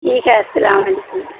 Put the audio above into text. ٹھیک ہے السّلام علیکم